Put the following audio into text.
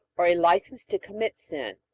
or a license to commit sin?